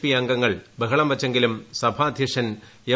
P അംഗങ്ങൾ ബഹളം വച്ചെങ്കിലും സഭാ അധ്യക്ഷൻ എം